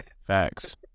Facts